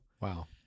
Wow